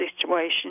situation